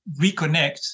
reconnect